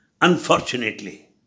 Unfortunately